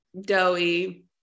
doughy